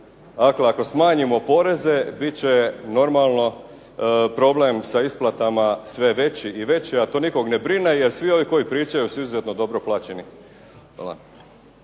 ako smanjimo poreze bit će normalno problem sa isplatama sve veći i veći, a to nikog ne brine jer svi ovi koji pričaju su izuzetno dobro plaćeni. Hvala.